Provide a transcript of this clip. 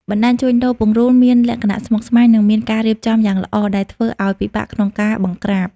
បណ្ដាញជួញដូរពង្រូលមានលក្ខណៈស្មុគស្មាញ និងមានការរៀបចំយ៉ាងល្អ ដែលធ្វើឱ្យពិបាកក្នុងការបង្ក្រាប។